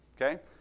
okay